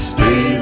Stay